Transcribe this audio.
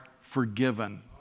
forgiven